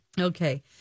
Okay